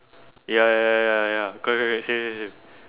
ya ya ya ya ya correct correct same same same